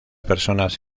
personas